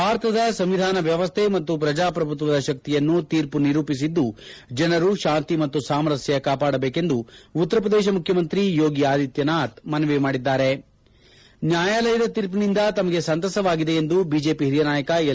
ಭಾರತದ ಸಂವಿಧಾನ ವ್ಯವಸ್ಥೆ ಮತ್ತು ಪ್ರಜಾಪ್ರಭುತ್ವದ ಶಕ್ತಿಯನ್ನು ಶೀರ್ಮ ನಿರೂಪಿಸಿದ್ದು ಜನರು ಶಾಂತಿ ಮತ್ತು ಸಾಮರಸ್ತ ಕಾಪಾಡಬೇಕೆಂದು ಉತ್ತರ ಪ್ರದೇಶ ಮುಖ್ಯಮಂತ್ರಿ ಯೋಗಿ ಆದಿತ್ಲನಾಥ್ ಮನವಿ ಮಾಡಿದ್ದಾರೆ ನ್ನಾಯಾಲಯದ ಶೀರ್ಷಿನಿಂದ ತಮಗೆ ಸಂತಸವಾಗಿದೆ ಎಂದು ಬಿಜೆಪಿ ಹಿರಿಯ ನಾಯಕ ಎಲ್